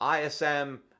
ISM